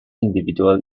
individual